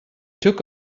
took